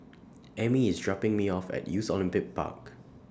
Emmy IS dropping Me off At Youth Olympic Park